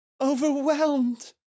overwhelmed